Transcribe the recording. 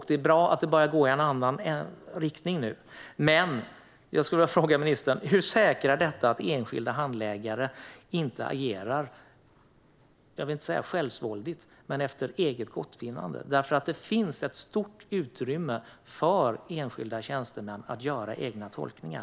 Det är bra att det börjar gå i en annan riktning nu, men jag vill fråga ministern: Hur säkrar detta att enskilda handläggare inte agerar efter eget gottfinnande? Det finns ett stort utrymme för enskilda tjänstemän att göra egna tolkningar.